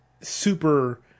super